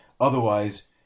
otherwise